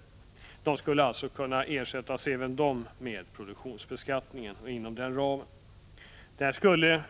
Även de skulle alltså kunna ersättas med produktionsbeskattningen. Det skulle